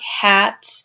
hat